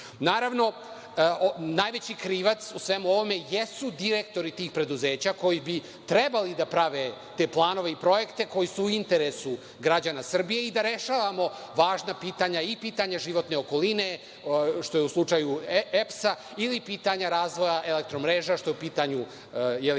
Naravno, najveći krivac u svemu ovome jesu direktori tih preduzeća, koji bi trebalo da prave te planove i projekte koji su u interesu građana Srbije i da rešavamo važna pitanja, i pitanje životne okoline, što je u slučaju EPS-a ili pitanje razvoja „Elektromreža“ što je u pitanju kredit